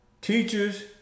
Teachers